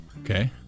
Okay